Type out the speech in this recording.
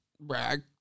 brag